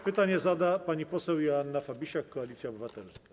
Pytanie zada pani poseł Joanna Fabisiak, Koalicja Obywatelska.